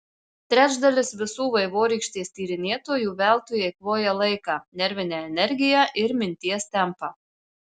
trečdalis visų vaivorykštės tyrinėtojų veltui eikvoja laiką nervinę energiją ir minties tempą